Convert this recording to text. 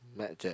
Mad Jack